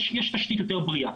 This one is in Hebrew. יש תשתית יותר בריאה.